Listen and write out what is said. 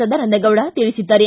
ಸದಾನಂದಗೌಡ ತಿಳಿಸಿದ್ದಾರೆ